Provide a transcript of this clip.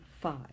five